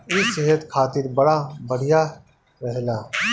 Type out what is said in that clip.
इ सेहत खातिर बड़ा बढ़िया रहेला